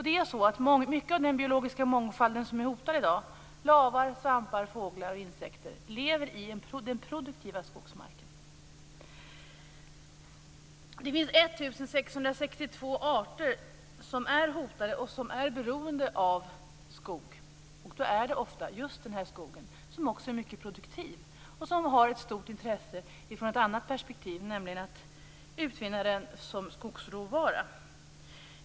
Det är så att mycket av den biologiska mångfald som är hotad i dag - lavar, svampar, fåglar och insekter - lever i den produktiva skogsmarken. Det finns 1 662 arter som är hotade och som är beroende av skog. Och då är det ofta just den här skogen det gäller. Den är mycket produktiv. Den har också ett stort intresse från ett annat perspektiv, nämligen att man kan utvinna den som skogsråvara.